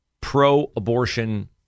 pro-abortion